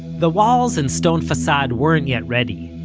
the walls and stone facade weren't yet ready,